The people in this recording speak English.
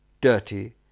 dirty